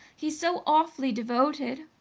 he's so awfully devoted!